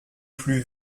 plus